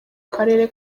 karere